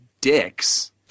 dicks –